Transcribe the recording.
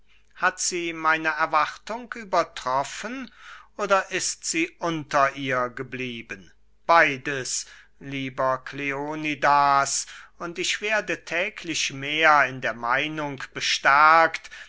hat sie meine erwartung übertroffen oder ist sie unter ihr geblieben beides lieber kleonidas und ich werde täglich mehr in der meinung bestärkt